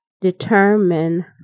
determine